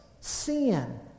sin